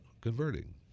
converting